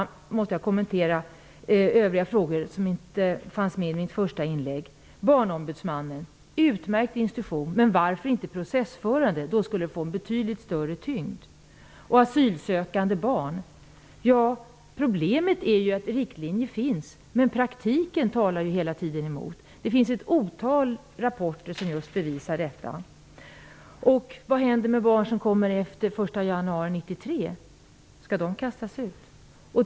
Jag måste kommentera övriga frågor som jag inte hann med i mitt första inlägg. Barnombudsmannen är en utmärkt institution. Men varför processför man inte denna institution? Den skulle då få en betydligt större tyngd. Problemet med asylsökande barn är att trots att det finns riktlinjer så talar praktiken hela tiden emot. Det finns ett otal rapporter som bevisar detta. Vad kommer att hända med de barn som kom efter 1 januari 1993? Skall de barnen kastas ut?